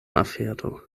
afero